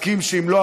הסכים שאם לא,